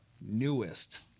newest